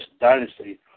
Dynasty